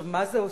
מה זה עושה?